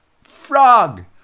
frog